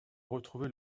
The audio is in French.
retrouvé